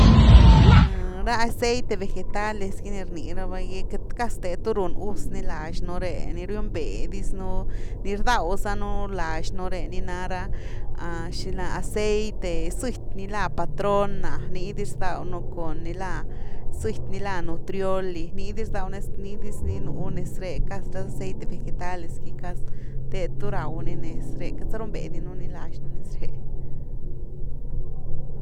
ra aceite vegetales ni rni raba’gy cas the tu run gus ni lax nú re, ni riunbé diz nú ni rdaw zanu lax nú re ni na ra, xila aceite, zëty ni lá patrona, nii diz rdaw nu ré cun ni lá zëty ni la nutriolli, ni diz rdaw nú ni diz ni nú nez re, cas ra aceite vegetales gy casi te tu raw ni nez re, queity za runbe di nú ni lax nú nez re.